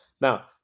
Now